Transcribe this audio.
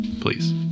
please